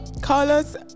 Carlos